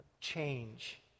change